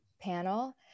panel